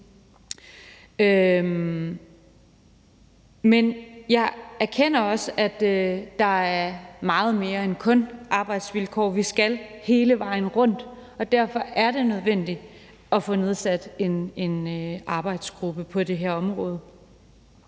Men jeg erkender også, at der er meget mere end kun arbejdsvilkår. Vi skal hele vejen rundt, og derfor er det nødvendigt at få nedsat en arbejdsgruppe på det her område.